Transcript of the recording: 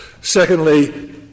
Secondly